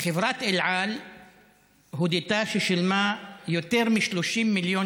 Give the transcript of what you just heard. חברת אל על הודתה ששילמה יותר מ-30 מיליון